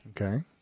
Okay